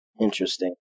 interesting